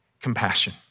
compassion